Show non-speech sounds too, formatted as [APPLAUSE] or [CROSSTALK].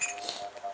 [BREATH]